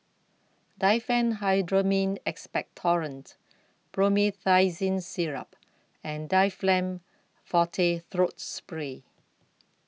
Diphenhydramine Expectorant Promethazine Syrup and Difflam Forte Throat Spray